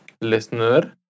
Listener